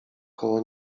koło